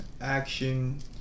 Action